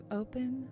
open